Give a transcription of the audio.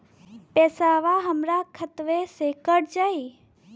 पेसावा हमरा खतवे से ही कट जाई?